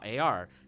.ar